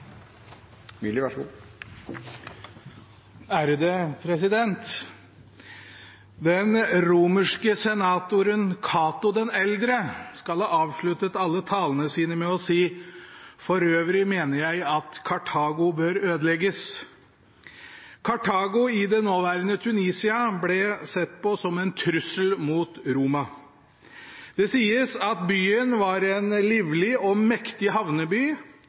Den romerske senatoren Cato den eldre skal ha avsluttet alle talene sine med å si: For øvrig mener jeg at Kartago bør ødelegges. Kartago i det nåværende Tunisia ble sett på som en trussel mot Roma. Det sies at byen var en livlig og mektig havneby